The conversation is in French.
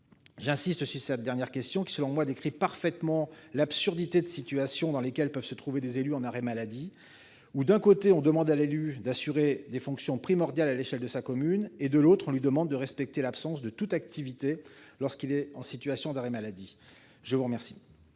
J'insiste sur cette ultime question, qui, selon moi, décrit parfaitement l'absurdité de situations dans lesquelles peuvent se retrouver des élus en arrêt maladie : d'un côté, on leur demande d'assurer des fonctions primordiales à l'échelle de leur commune ; de l'autre, on leur demande de respecter l'absence de toute activité, au titre de leur arrêt maladie. La parole